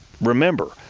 Remember